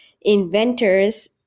inventors